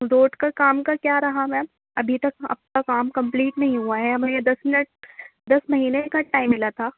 road کا کام کا کیا رہا میم ابھی تک آپ کا کام کمپلیٹ نہیں ہوا ہے ابھی یہ دس منٹ دس مہینے کا ٹائم ملا تھا